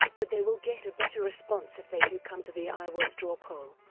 but they will get a better response if they do come to the iowa straw poll.